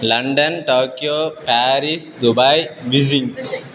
London Tokyo Paris Dubai Beijing